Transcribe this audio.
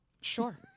Sure